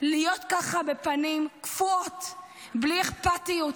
להיות ככה בפנים קפואות בלי אכפתיות,